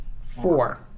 Four